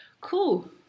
Cool